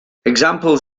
examples